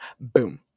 Boom